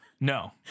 No